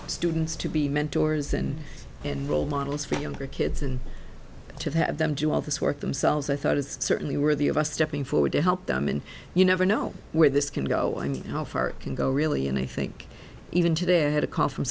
students to be mentors and and role models for younger kids and to have them do all this work themselves i thought is certainly worthy of us stepping forward to help them and you never know where this can go and how far can go really and i think even today i had a call from